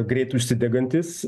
greit užsidegantis